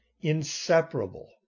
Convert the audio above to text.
inseparable